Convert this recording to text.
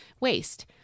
Waste